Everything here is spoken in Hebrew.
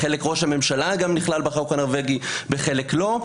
בחלק ראש הממשלה גם נכלל בחוק הנורבגי, בחלק לא.